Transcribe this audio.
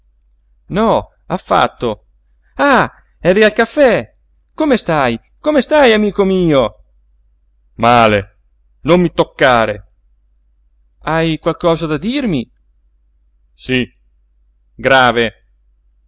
visto no affatto ah eri al caffè come stai come stai amico mio male non mi toccare hai qualche cosa da dirmi sí grave